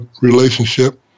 relationship